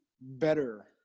better